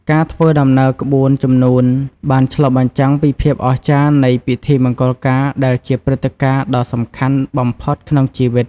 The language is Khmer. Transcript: ការធ្វើដំណើរក្បួនជំនូនបានឆ្លុះបញ្ចាំងពីភាពអស្ចារ្យនៃពិធីមង្គលការដែលជាព្រឹត្តិការណ៍ដ៏សំខាន់បំផុតក្នុងជីវិត។